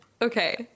okay